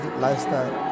lifestyle